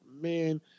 man